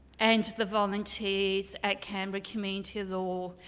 and the volunteers at canberra community law.